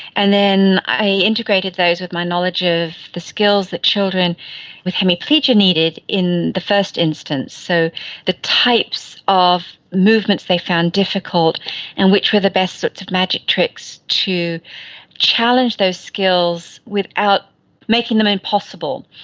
and then i integrated those with my knowledge of the skills that children with hemiplegia needed in the first instance. so the types of movements they found difficult and which were the best sorts of magic tricks to challenge those skills without making them impossible.